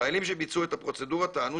החיילים שביצעו את הפרוצדורה טענו